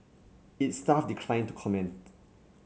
its staff declined to comment